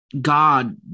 God